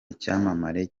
icyamamare